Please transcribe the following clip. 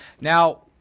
now